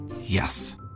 Yes